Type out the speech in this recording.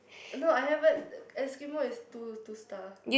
no I haven't Eskimo is two two star